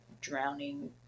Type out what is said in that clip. drowning